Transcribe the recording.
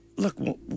Look